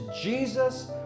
Jesus